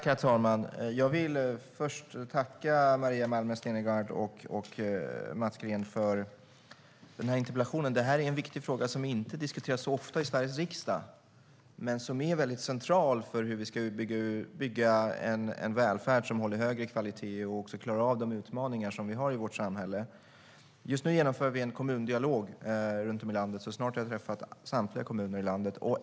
Herr talman! Jag vill först tacka Maria Malmer Stenergard och Mats Green för interpellationen och debatten. Detta är en viktig fråga som inte diskuteras så ofta i Sveriges riksdag men som är väldigt central för hur vi ska bygga en välfärd som håller högre kvalitet och som klarar av de utmaningar som vi har i vårt samhälle. Just nu genomför vi en kommundialog runt om i landet. Snart har jag träffat samtliga kommuner i landet.